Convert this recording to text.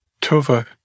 Tova